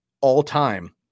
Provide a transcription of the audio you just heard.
all-time